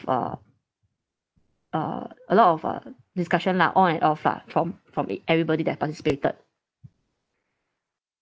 uh uh a lot of uh discussion lah on and off lah from from everybody that participated